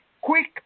quick